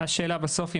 השאלה בסוף,